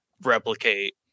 replicate